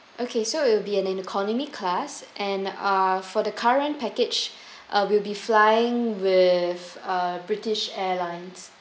okay so it will be an in economy class and uh for the current package uh will be flying with uh british airlines